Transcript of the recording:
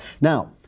Now